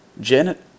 Janet